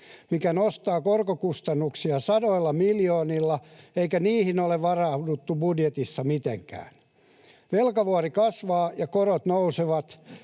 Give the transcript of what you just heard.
mikä nostaa korkokustannuksia sadoilla miljoonilla, eikä niihin ole varauduttu budjetissa mitenkään. Velkavuori kasvaa, ja korot nousevat.